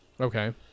Okay